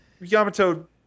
yamato